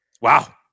wow